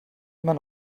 immer